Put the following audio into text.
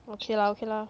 okay lah okay lah